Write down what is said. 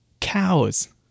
cows